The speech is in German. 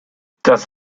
das